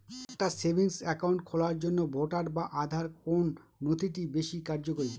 একটা savings account খোলার জন্য ভোটার বা আধার কোন নথিটি বেশী কার্যকরী?